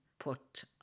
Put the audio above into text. put